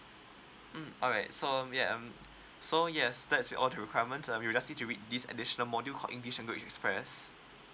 mm alright so um yeah um so yes that's all requirements uh we this additional module called english language express